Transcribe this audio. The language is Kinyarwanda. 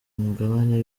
mugabane